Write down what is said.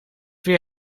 weer